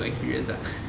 有 experience ah